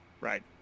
Right